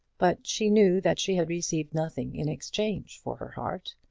but she knew that she had received nothing in exchange for her heart.